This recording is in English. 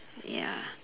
ya